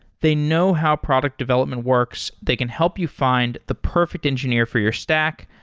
they know how product development works. they can help you find the perfect engineer for your stack,